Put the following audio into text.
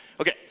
Okay